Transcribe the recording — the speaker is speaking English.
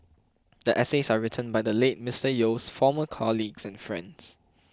the essays are written by the late Mister Yeo's former colleagues and friends